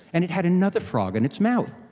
and it had another frog in its mouth.